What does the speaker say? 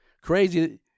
crazy